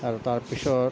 আৰু তাৰপিছত